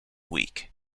week